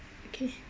okay